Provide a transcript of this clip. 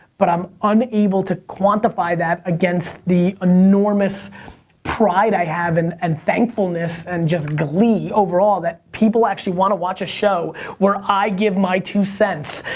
but i'm unable to quantify that against the enormous pride i have and and thankfulness, and just glee overall that people actually wanna watch a show where i give my two cents.